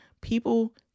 People